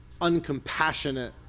uncompassionate